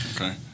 Okay